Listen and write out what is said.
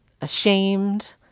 ashamed